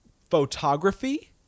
photography